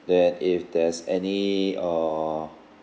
then if there's any err